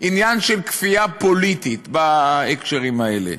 עניין של כפייה פוליטית, בהקשרים האלה.